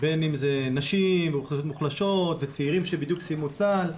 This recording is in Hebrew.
בין אם זה נשים מוחלשות וצעירים שבדיוק סיימו צה"ל.